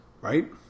Right